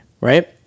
right